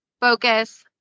focus